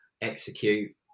execute